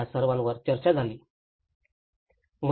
तर या सर्वांवर चर्चा झाली आहे